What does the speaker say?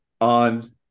on